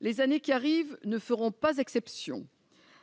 Les années qui viennent ne feront pas exception.